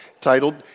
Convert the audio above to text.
titled